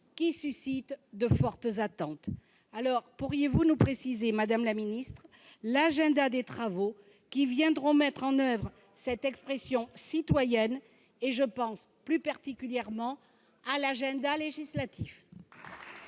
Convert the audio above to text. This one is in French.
se tiendra le référendum ? Pourriez-vous nous préciser, madame la ministre, l'agenda des travaux qui viendront mettre en oeuvre cette expression citoyenne ? Je pense plus particulièrement à l'agenda législatif.